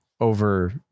over